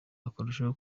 bakarushaho